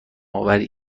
آوری